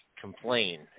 complain